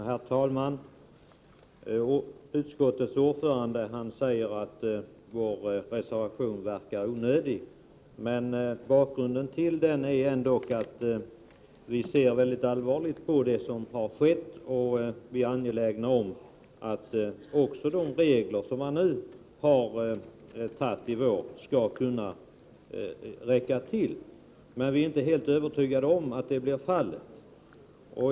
Herr talman! Utskottets ordförande säger att vår reservation verkar onödig. Bakgrunden till den är ändock att vi ser mycket allvarligt på det som har skett. Vi är också angelägna om att de regler som nu i vår har utfärdats skall räcka till, men vi är inte helt övertygade om att så blir fallet.